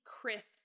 crisp